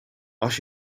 als